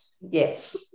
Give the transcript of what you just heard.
Yes